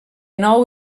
nou